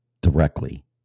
directly